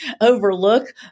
overlook